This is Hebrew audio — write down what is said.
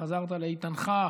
חזרת לאיתנך.